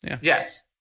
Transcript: yes